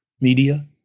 media